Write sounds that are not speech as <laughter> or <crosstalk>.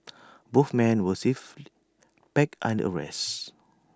<noise> both men were swiftly bike under arrest